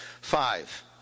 Five